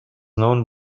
known